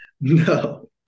No